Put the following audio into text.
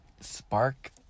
spark